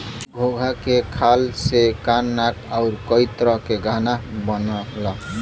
इ घोंघा के खाल से कान नाक आउर कई तरह के गहना बनला